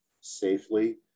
safely